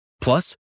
Plus